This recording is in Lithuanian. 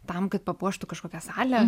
tam kad papuoštų kažkokią salęt